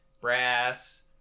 brass